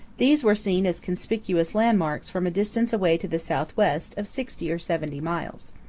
these were seen as conspicuous landmarks from a distance away to the southwest of sixty or seventy miles.